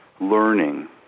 learning